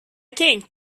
think